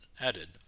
added